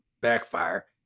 backfire